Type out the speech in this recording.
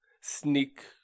sneak